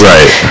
Right